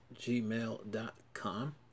gmail.com